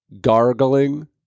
gargling